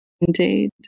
indeed